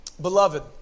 Beloved